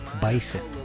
Bison